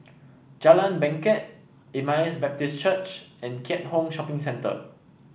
Jalan Bangket Emmaus Baptist Church and Keat Hong Shopping Centre